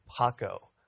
Paco